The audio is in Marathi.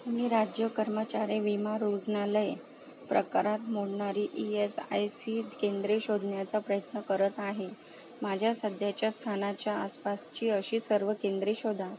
मी राज्य कर्मचारी विमा रुग्णालय प्रकारात मोडणारी ई एस आय सी केंद्रे शोधण्याचा प्रयत्न करत आहे माझ्या सध्याच्या स्थानाच्या आसपासची अशी सर्व केंद्रे शोधा